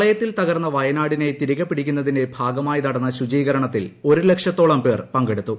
പ്രളയത്തിൽ തകർന്ന വയനാടിനെ തിരികെ പിടിക്കുന്നതിന്റെ ഭാഗമായി നടന്ന ശുചികരണത്തിൽ ഒരു ലക്ഷത്തോളം പേർ പങ്കെടുത്തു